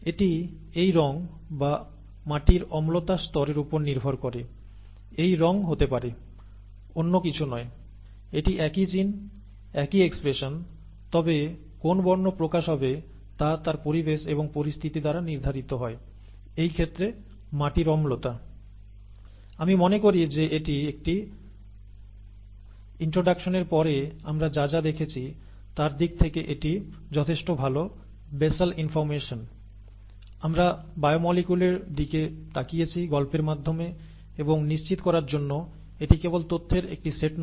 এটি এই রঙ বা মাটির অম্লতা স্তরের উপর নির্ভর করে এই রঙ হতে পারে অন্য কিছু নয় এটি একই জিন একই এক্সপ্রেশন তবে কোন বর্ণ প্রকাশ হবে তা তার পরিবেশ এবং পরিস্থিতি দ্বারা নির্ধারিত হয় এই ক্ষেত্রে মাটির অম্লতা আমি মনে করি যে এটি একটি ইন্ট্রোডাকশনের পরে আমরা যা যা দেখেছি তার দিক থেকে এটি যথেষ্ট ভাল বেসাল ইনফর্মেশন আমরা বায়োমোলিকুলের দিকে তাকিয়েছি গল্পের মাধ্যমে এবং নিশ্চিত করার জন্য এটি কেবল তথ্যের একটি সেট নয়